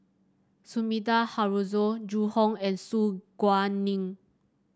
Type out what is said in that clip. Sumida Haruzo Zhu Hong and Su Guaning